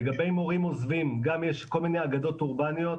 לגבי מורים עוזבים, גם יש כל מיני אגדות אורבניות.